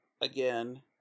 again